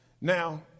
Now